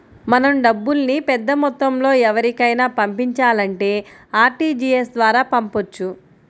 మనం డబ్బుల్ని పెద్దమొత్తంలో ఎవరికైనా పంపించాలంటే ఆర్టీజీయస్ ద్వారా పంపొచ్చు